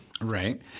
Right